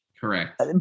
Correct